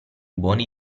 buoni